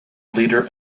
leader